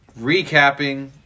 recapping